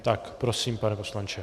Tak prosím, pane poslanče.